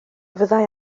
fyddai